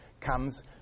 comes